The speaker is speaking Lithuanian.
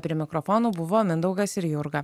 prie mikrofonų buvo mindaugas ir jurga